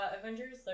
Avengers